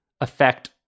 affect